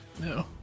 no